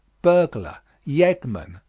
burglar, yeggman,